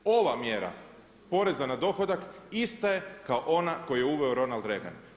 Ova mjera poreza na dohodak ista je kao ona koju je uveo Ronald Regan.